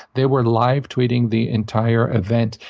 they were live tweeting the entire event,